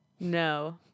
No